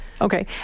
Okay